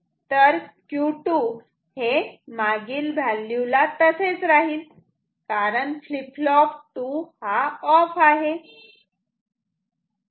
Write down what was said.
तर Q2 हे मागील व्हॅल्यू ला तसेच राहील कारण फ्लीप फ्लॉप 2 ऑफ आहे